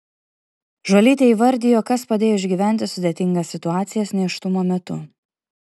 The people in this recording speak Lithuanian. žuolytė įvardijo kas padėjo išgyventi sudėtingas situacijas nėštumo metu